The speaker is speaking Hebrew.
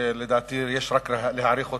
ולדעתי יש רק להעריך אותו,